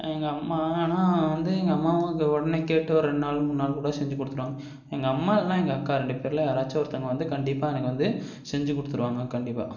எங்கள் அம்மா ஆனால் வந்து எங்கள் அம்மாவும் க உடனே கேட்டு ஒரு ரெண்டு நாள் மூணு நாள் கூட செஞ்சு கொடுத்துடுவாங்க எங்கள் அம்மா இல்லைனா எங்கள் அக்கா ரெண்டு பேர்ல யாராச்சும் ஒருத்தவங்கள் வந்து கண்டிப்பாக எனக்கு வந்து செஞ்சு கொடுத்துருவாங்க கண்டிப்பாக